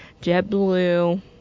JetBlue